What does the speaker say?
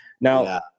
now